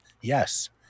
Yes